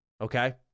Okay